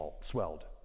swelled